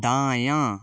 दायाँ